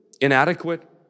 inadequate